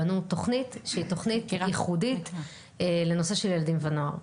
בנו תוכנית שהיא תוכנית ייחודית לנושא של ילדים ונוער.